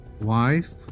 wife